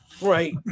Right